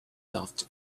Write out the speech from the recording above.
soft